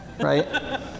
right